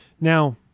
Now